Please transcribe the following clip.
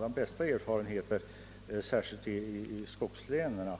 de bästa erfarenheter. Detta gäller särskilt skogslänen.